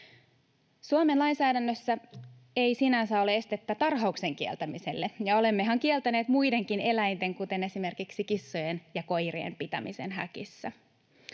Suomen lainsäädännössä ei sinänsä ole estettä tarhauksen kieltämiselle, ja olemmehan kieltäneet muidenkin eläinten, kuten esimerkiksi kissojen ja koirien, pitämisen häkissä.